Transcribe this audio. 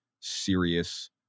serious